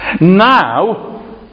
Now